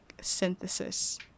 synthesis